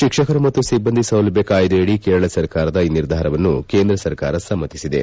ಶಿಕ್ಷಕರು ಮತ್ತು ಸಿಭ್ಗಂದಿ ಸೌಲಭ್ಗ ಕಾಯ್ಲೆಯಡಿ ಕೇರಳ ಸರ್ಕಾರದ ಈ ನಿರ್ಧಾರವನ್ನು ಕೇಂದ್ರ ಸರ್ಕಾರ ಸಮ್ಮತಿಸಿದೆ